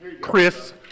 Chris